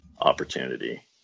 opportunity